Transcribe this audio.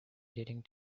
editing